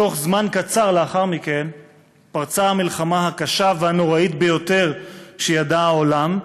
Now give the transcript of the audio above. זמן קצר לאחר מכן פרצה המלחמה הקשה והנוראה ביותר שידע העולם,